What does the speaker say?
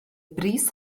bris